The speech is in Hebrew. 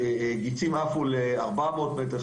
גצים עפו ל-400 מטרים,